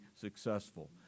successful